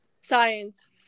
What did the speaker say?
Science